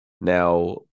Now